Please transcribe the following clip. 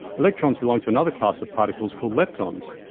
electrons belong to another class of particles called leptons.